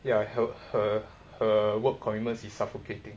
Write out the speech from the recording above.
ya her her her work commitments is suffocating